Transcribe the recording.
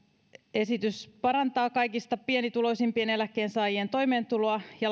esitys parantaa kaikista pienituloisimpien eläkkeensaajien toimeentuloa ja